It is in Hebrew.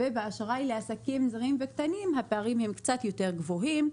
ובאשראי לעסקים זעירים וקטנים הפערים הם קצת יותר גבוהים,